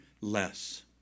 less